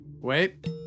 Wait